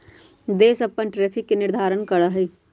देश अपन टैरिफ के निर्धारण करा हई